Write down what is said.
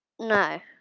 No